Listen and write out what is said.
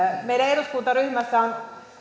meidän eduskuntaryhmässämme